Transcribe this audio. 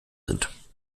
sind